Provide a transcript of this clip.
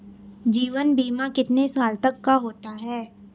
जीवन बीमा कितने साल तक का होता है?